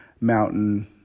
mountain